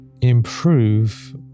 improve